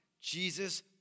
Jesus